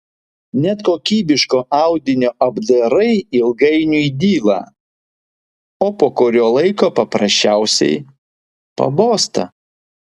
net kokybiško audinio apdarai ilgainiui dyla o po kurio laiko paprasčiausiai pabosta